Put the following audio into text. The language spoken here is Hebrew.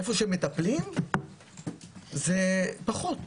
במקומות שמטפלים זה פחות.